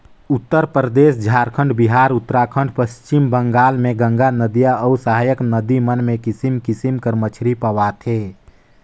उत्तरपरदेस, झारखंड, बिहार, उत्तराखंड, पच्छिम बंगाल में गंगा नदिया अउ सहाएक नदी मन में किसिम किसिम कर मछरी पवाथे